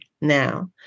now